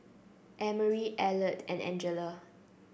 Emory Elliott and Angela